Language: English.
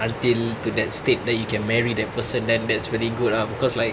until to that state then you can marry that person then that's very good ah because like